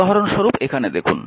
উদাহরণস্বরূপ এখানে দেখুন